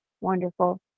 Wonderful